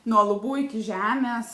nuo lubų iki žemės